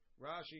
Rashi